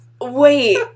wait